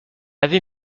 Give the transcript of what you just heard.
avait